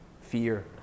fear